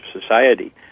society